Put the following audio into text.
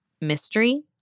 mystery